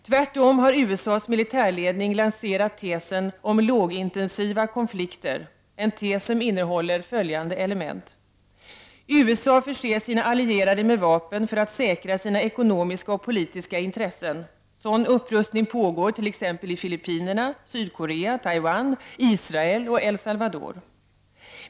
Tvärtom har USA:s militärledning lanserat tesen om ”lågintensiva konflikter”, en tes som innehåller följande element: - USA förser sina allierade med vapen för att säkra sina ekonomiska och politiska intressen. Sådan upprustning pågår t.ex. i Filippinerna, Sydkorea, Taiwan, Israel och El Salvador.